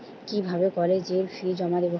কিভাবে কলেজের ফি জমা দেবো?